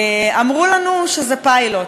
אמרו לנו שזה פיילוט,